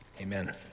Amen